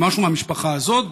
או משהו מהמשפחה הזאת,